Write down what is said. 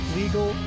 legal